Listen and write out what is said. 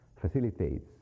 facilitates